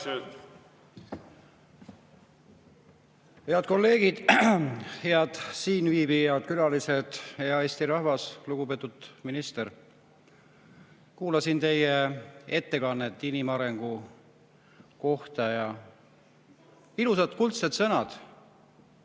Head kolleegid! Head siinviibijad, külalised! Hea Eesti rahvas! Lugupeetud minister! Kuulasin teie ettekannet inimarengu kohta. Ilusad kuldsed sõnad.